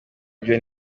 byo